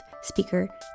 speaker